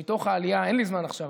אין לי זמן עכשיו.